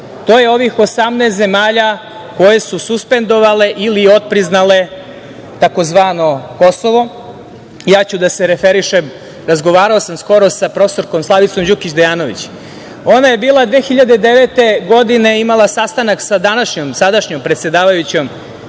To je ovih 18 zemalja koje su suspendovale ili otpriznale tzv. Kosovo. Ja ću da se referišem, razgovarao sam skoro sa profesorkom Slavicom Đukić Dejanović i ona je bila 2009. godine, odnosno imala je sastanak sa današnjom, sadašnjom predsedavajućom